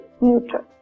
neutral